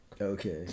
okay